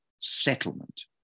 settlement